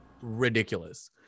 Ridiculous